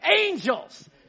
Angels